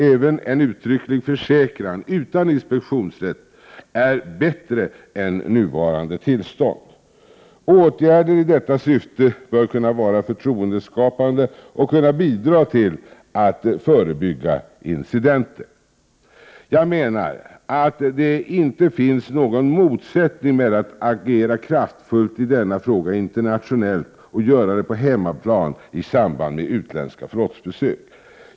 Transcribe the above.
Även en uttrycklig försäkran utan inspektionsrätt är bättre än nuvarande tillstånd. Åtgärder i detta syfte bör kunna vara förtroendeskapande och kunna bidra till att förebygga incidenter. Jag menar att det inte finns någon motsättning mellan att agera kraftfullt i denna fråga internationellt och att göra det på hemmaplan i samband med utländska flottbesök.